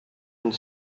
une